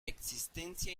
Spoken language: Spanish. existencia